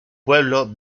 pueblo